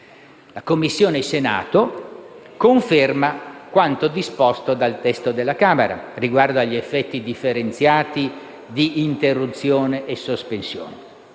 giustizia del Senato conferma quanto disposto dal testo della Camera riguardo agli effetti differenziati di interruzione e sospensione: